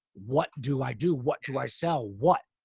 what do i do? what do i sell? what?